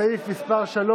סעיף 3,